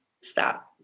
Stop